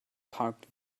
parked